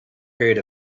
period